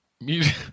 Music